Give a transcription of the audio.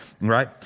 right